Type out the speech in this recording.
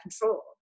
control